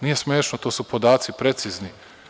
Nije smešno to su podaci precizni.